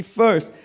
first